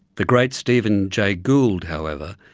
the great stephen j gould, however,